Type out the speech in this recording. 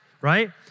right